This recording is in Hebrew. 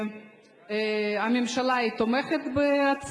והממשלה תומכת בה.